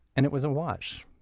and it was a wash.